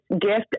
gift